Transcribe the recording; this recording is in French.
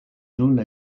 zone